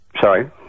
Sorry